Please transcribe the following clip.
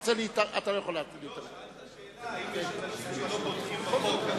שאלת שאלה, האם יש אנשים שלא בוטחים בחוק.